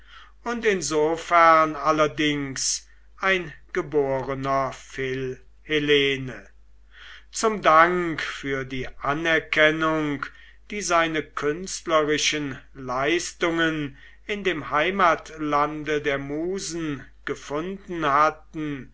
und insofern allerdings ein geborener philhellene zum dank für die anerkennung die seine künstlerischen leistungen in dem heimatlande der musen gefunden hatten